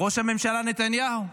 ראש הממשלה נתניהו.